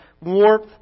warmth